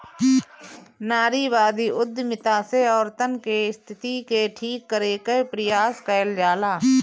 नारीवादी उद्यमिता से औरतन के स्थिति के ठीक करे कअ प्रयास कईल जाला